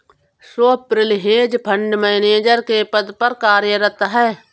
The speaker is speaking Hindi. स्वप्निल हेज फंड मैनेजर के पद पर कार्यरत है